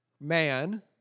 man